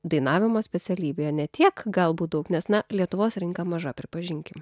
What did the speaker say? dainavimo specialybėje ne tiek galbūt daug nes na lietuvos rinka maža pripažinkim